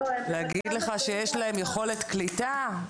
להגיד לך שיש להם יכולת קליטה,